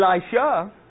Elisha